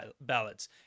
ballots